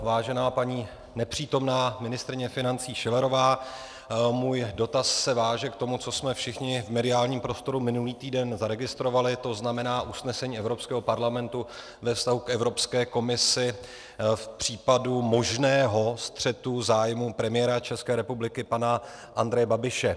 Vážená paní nepřítomná ministryně financí Schillerová, můj dotaz se váže k tomu, co jsme všichni v mediálním prostoru minulý týden zaregistrovali, to znamená usnesení Evropského parlamentu ve vztahu k Evropské komisi v případu možného střetu zájmů premiéra ČR pana Andreje Babiše.